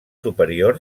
superior